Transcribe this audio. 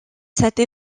cette